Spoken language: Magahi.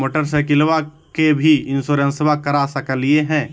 मोटरसाइकिलबा के भी इंसोरेंसबा करा सकलीय है?